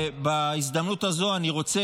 ובהזדמנות זו אני רוצה,